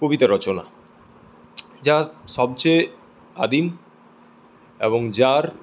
কবিতা রচনা যা সবচেয়ে আদি এবং যার